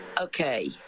Okay